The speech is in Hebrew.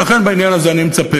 ולכן בעניין הזה אני מצפה,